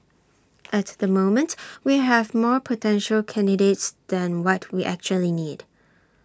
at the moment we have more potential candidates than what we actually need